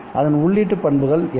அதன் உள்ளீட்டு பண்புகள் என்ன